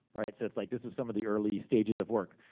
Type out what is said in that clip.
right? so, it's like, this was some of the early stages of work.